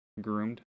groomed